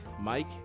Mike